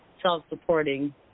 self-supporting